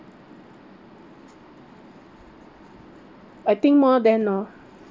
I think more than lor